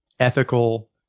Ethical